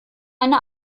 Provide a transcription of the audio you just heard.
eine